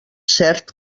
cert